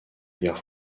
guerre